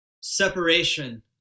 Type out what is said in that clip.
separation